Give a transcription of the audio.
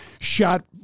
shot